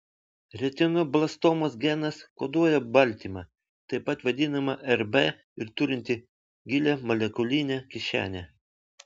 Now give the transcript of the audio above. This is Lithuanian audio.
retinoblastomos genas koduoja baltymą taip pat vadinamą rb ir turintį gilią molekulinę kišenę